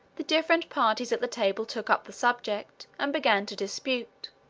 the different parties at the table took up the subject, and began to dispute,